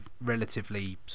relatively